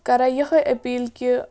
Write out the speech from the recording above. کَران یِہوٚے أپیٖل کہِ